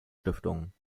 stiftungen